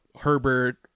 herbert